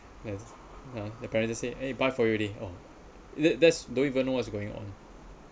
yes uh my parents just say eh buy for you already oh that that's don't even know what's going on`